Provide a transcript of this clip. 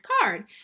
card